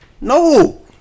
No